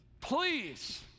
please